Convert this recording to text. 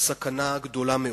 סכנה גדולה מאוד.